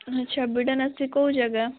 ଆଚ୍ଛା ବିଡ଼ାନାସୀ କେଉଁ ଜାଗା